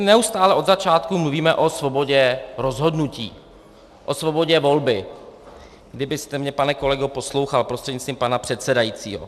Neustále od začátku mluvíme o svobodě rozhodnutí, o svobodě volby kdybyste mě, pane kolego, poslouchal, prostřednictvím pana předsedajícího.